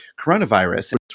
coronavirus